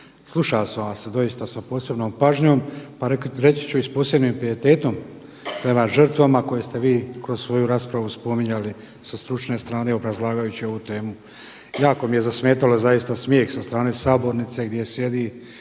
Slušao sam vas doista sa posebnom pažnjom, pa reći su i s posebnim pijetetom prema žrtvama koje ste vi kroz svoju raspravu spominjali sa stručne strane obrazlagajući ovu temu. Jako mi je zasmetalo zaista smijeh sa strane sabornice gdje sjedi